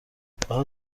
فقط